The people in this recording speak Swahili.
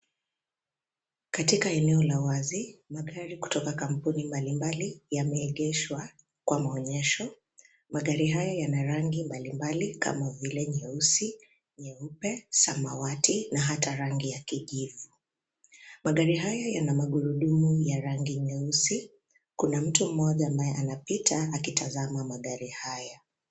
Katika eneo la wazi, makari kutoka kampuni mbalimbali yameegeshwa kwa muonyesho, magari haya yana rangi mbalimbali kama vile nyeusi, nyeupe, samawati na hata rangi ya kijani kigivu. Magari haya yana magurudumu ya rangi nyeusi, kuna mtu mmoja ambaye anapita akitazama magari haya.